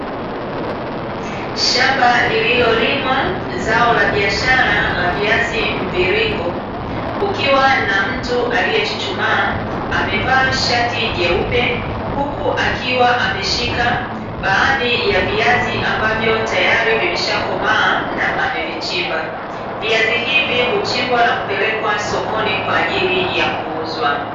Shamba lililolimwa zao la biashara la viazi mviringo, kukiwa na mtu aliyechuchumaa, amevaa shati jeupe, huku akiwa ameshika baadhi ya viazi ambavyo tayari vimeshakomaa na amevichimba. Viazi hivi huchimbwa na kupelekwa sokoni, kwa ajili ya kuuzwa.